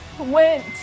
went